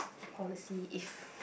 policy if